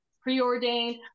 preordained